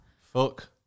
Fuck